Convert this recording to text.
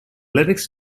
lyrics